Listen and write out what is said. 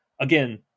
again